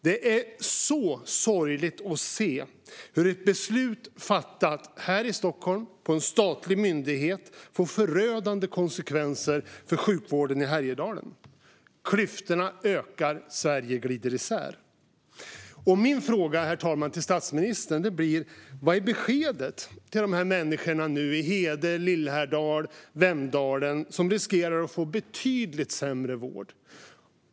Det är så sorgligt att se hur ett beslut fattat på en statlig myndighet här i Stockholm får förödande konsekvenser för sjukvården i Härjedalen. Klyftorna ökar. Sverige glider isär. Mina frågor, herr talman, till statsministern blir: Vad är beskedet till människorna i Hede, Lillhärdal och Vemdalen som nu riskerar att få betydligt sämre vård?